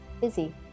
busy